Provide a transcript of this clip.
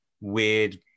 weird